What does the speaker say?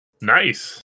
Nice